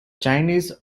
chinese